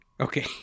Okay